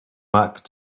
act